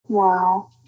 Wow